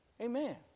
Amen